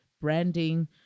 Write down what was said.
branding